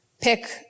Pick